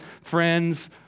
friends